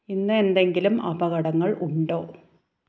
ഇന്ന് എന്തെങ്കിലും അപകടങ്ങൾ ഉണ്ടോ